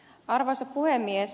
arvoisa puhemies